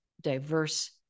diverse